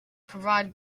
provide